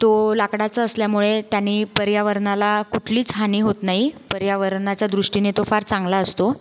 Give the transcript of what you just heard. तो लाकडाचा असल्यामुळे त्याने पर्यावरणाला कुठलीच हानी होत नाही पर्यावरणाच्या दृष्टीने तो फार चांगला असतो